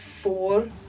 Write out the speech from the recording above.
four